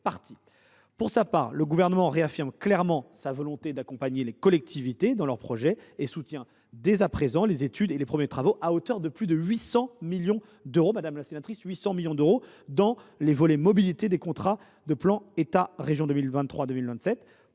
Pour sa part, le Gouvernement réaffirme clairement sa volonté d’accompagner les collectivités dans leurs projets et soutient dès à présent les études et les premiers travaux, à hauteur de plus de 800 millions d’euros dans les volets « mobilités » des contrats de plan État région 2023 2027.